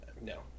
no